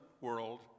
world